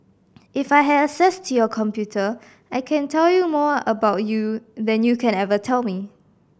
if I had access into your computer I can tell you more about you than you can ever tell me